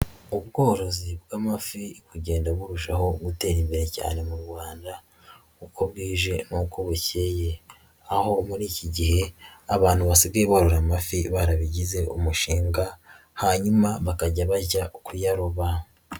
Ubworozi bw'amafi bugenda burushaho gutera imbere cyane mu Rwanda uko bwije n'uko bukeye, aho muri iki gihe abantu basigaye borora amafi barabigize umushinga, hanyuma bakajya bajya kuyaroba.